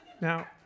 Now